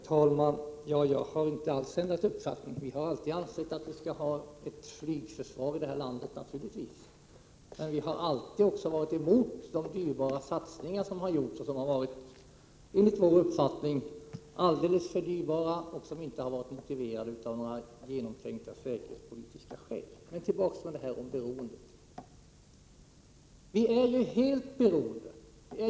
Herr talman! Jag har inte alls ändrat uppfattning. Vi har alltid ansett att det naturligtvis skall finnas ett flygförsvar i vårt land. Men vi har också alltid varit emot de dyrbara satsningar som gjorts. De har enligt vår uppfattning varit alldeles för dyrbara och inte motiverats av några genomtänkta säkerhetspolitiska skäl. Jag vill gå tillbaka till frågan om vårt beroende.